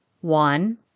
One